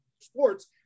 Sports